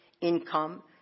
income